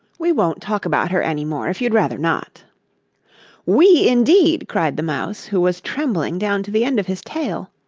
we won't talk about her any more if you'd rather not we indeed cried the mouse, who was trembling down to the end of his tail.